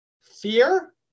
Fear